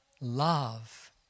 Love